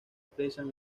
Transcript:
aprecian